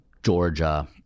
Georgia